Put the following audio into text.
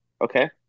okay